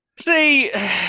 See